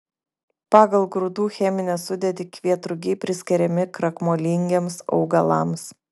pagal grūdų cheminę sudėtį kvietrugiai priskiriami krakmolingiems augalams